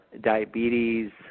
diabetes